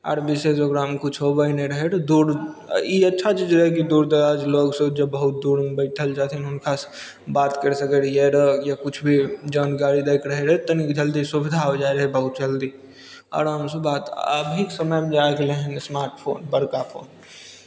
आर विशेष ओकरामे किछो होइत नहि रहय दूर आ ई अच्छा चीज रहय कि दूर दराज लोकसभ जे बहुत दूरमे बैठल रहथिन हुनकासँ बात करि सकैत रहियै रहए किछु भी जानकारी लयके रहैत रहए तनि जल्दी सुविधा होय जाइत रहय बहुत जल्दी आरामसँ बात अभी समयमे जे आइ गेलै हन स्मार्ट फोन बड़का फोन